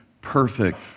perfect